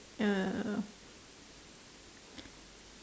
err